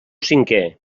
cinquè